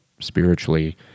spiritually